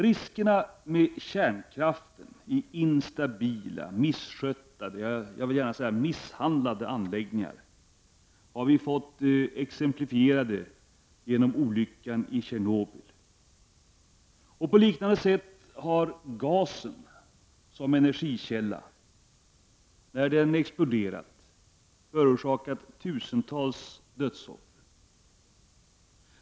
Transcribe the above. Riskerna med kärnkraften i instabila, misskötta, jag vill gärna säga misshandlade anläggningar har vi fått exemplifierade genom olyckan i Tjernobyl. På liknande sätt har gasen som energikälla förorsakat tusentals dödsoffer när den har exploderat.